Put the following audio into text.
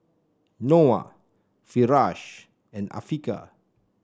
Noah Firash and Afiqah